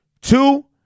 Two